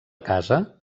casa